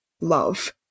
love